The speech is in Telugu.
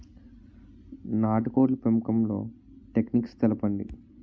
నాటుకోడ్ల పెంపకంలో టెక్నిక్స్ తెలుపండి?